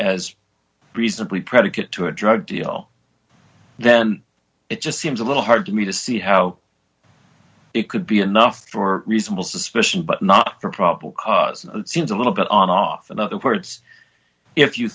as reasonably predicate to a drug deal then it just seems a little hard to me to see how it could be enough for reasonable suspicion but not for probable cause and seems a little bit on off in other words if you